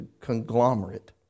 conglomerate